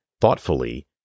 thoughtfully